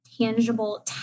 tangible